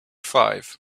five